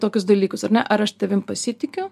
tokius dalykus ar ne ar aš tavim pasitikiu